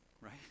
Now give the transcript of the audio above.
right